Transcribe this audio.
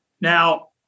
Now